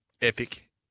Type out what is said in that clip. epic